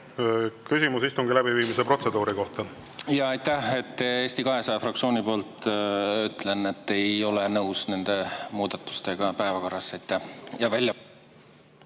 Küsimus istungi läbiviimise protseduuri kohta. Jaa, aitäh! Eesti 200 fraktsiooni poolt ütlen, et me ei ole nõus nende muudatustega päevakorras. Jaa,